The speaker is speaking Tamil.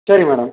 சரி மேடம்